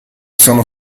sono